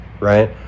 right